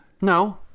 No